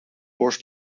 borst